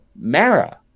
Mara